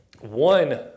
One